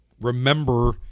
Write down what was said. remember